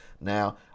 Now